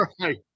right